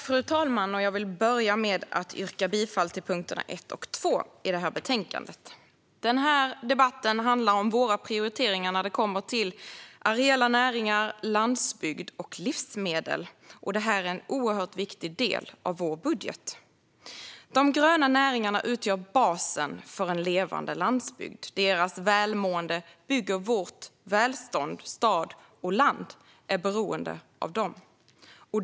Fru talman! Jag vill börja med att yrka bifall till förslaget i betänkandet under punkterna 1 och 2. Denna debatt handlar om våra prioriteringar när det gäller areella näringar, landsbygd och livsmedel. Detta är en oerhört viktig del av vår budget. De gröna näringarna utgör basen för en levande landsbygd. Deras välmående bygger vårt välstånd. Stad och land är beroende av dem.